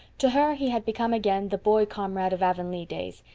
to her he had become again the boy-comrade of avonlea days,